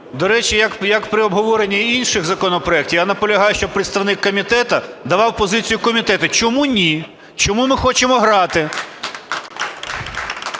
До речі, як при обговоренні інших законопроектів, я наполягаю, щоб представник комітету давав позицію комітету: чому ні, чому ми хочемо грати,